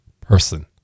person